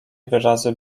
wyrazy